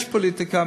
יש פוליטיקה.